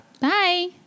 Bye